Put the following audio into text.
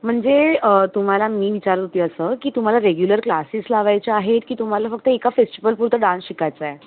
म्हणजे तुम्हाला मी विचारत होती असं की तुम्हाला रेगुलर क्लासेस लावायचे आहेत की तुम्हाला फक्त एका फेस्टिवल पुरतं डान्स शिकायचा आहे